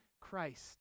Christ